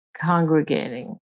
congregating